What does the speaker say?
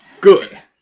Good